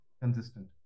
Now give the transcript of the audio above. consistent